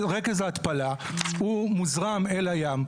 רכב ההתפלה הוא מוזרם אל הים,